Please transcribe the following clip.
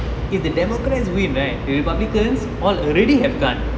if the democrats win right republicans all already have done